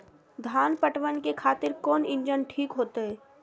धान पटवन के खातिर कोन इंजन ठीक होते?